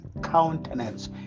countenance